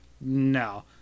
no